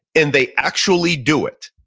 and they actually do it,